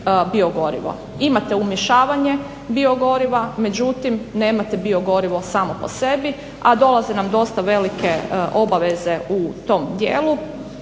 biogorivo. Imate umješavanje biogoriva, međutim nemate bio gorivo samo po sebi, a dolaze nam dosta velike obaveze u tom dijelu